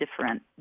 different